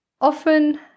often